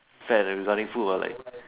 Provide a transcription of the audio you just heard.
fad regarding food ah like